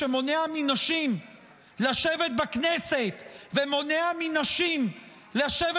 שמונע מנשים לשבת בכנסת ומונע מנשים לשבת